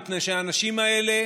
מפני שהאנשים האלה